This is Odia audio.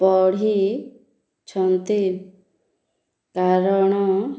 ପଢ଼ିଛନ୍ତି କାରଣ